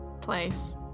place